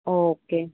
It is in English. okay